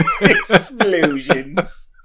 Explosions